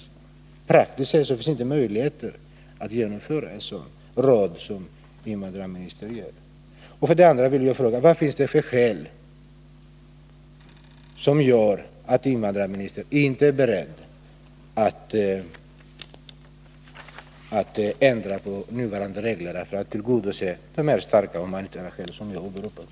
Det finns inga praktiska möjligheter att följa det råd som invandrarministern ger. För det andra: Vad finns det för skäl till att invandrarministern inte är beredd att ändra nuvarande regler, så att hänsyn kan tas till de starka humanitära skäl som ibland föreligger?